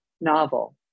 novel